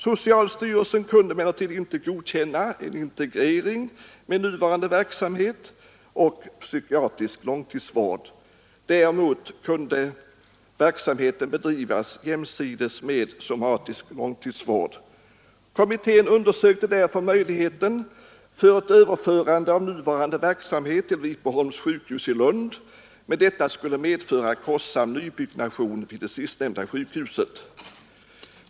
Socialstyrelsen kunde emellertid inte godkänna en integrering med nuvarande verksamhet och psykiatrisk långtidsvård. Däremot kunde verksamheten bedrivas jämsides med somatisk långtidsvård. Kommittén undersökte därför möjligheten att överföra nuvarande verksamhet till Vipeholms sjukhus i Lund, men detta skulle medföra kostsam nybyggnation vid det sistnämnda sjukhuset.